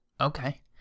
Okay